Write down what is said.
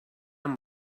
amb